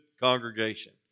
congregation